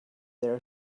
there